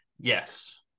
yes